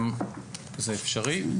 זה אפשרי.